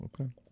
Okay